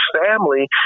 family